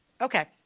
Okay